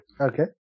Okay